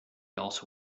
also